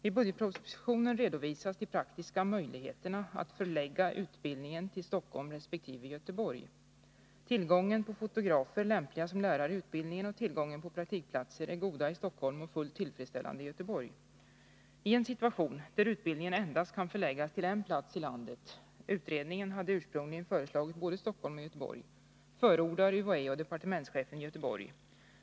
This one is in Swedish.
I budgetpropositionen redovisas de praktiska möjligheterna att förlägga utbildningen till Stockholm resp. Göteborg. Tillgången till fotografer, lämpliga som lärare i utbildningen, och tillgången på praktikplatser är goda i Stockholm och fullt tillfredsställande i Göteborg. I en situation där utbildningen endast kan förläggas till en plats i landet — utredningen hade ursprungligen föreslagit både Stockholm och Göteborg — förordar UHÄ och departementschefen Göteborg.